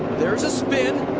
there's a spin.